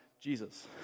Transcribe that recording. jesus